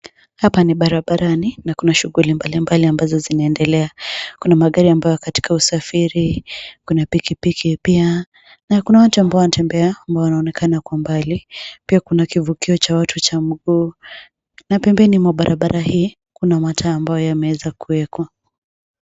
Hapa ni barabarani na kuna shughuli mbali mbali ambazo zinaendelea. Kuna magari ambayo yako katika usafiri, kuna pikipiki pia na kuna watu ambao wanaotembea wanaonekana kwa mbali. Pia kunakivukio cha watu cha miguu na pembeni mwa barabari hii kuna mataa ambayo yameweza kuwekwa.